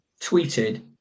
tweeted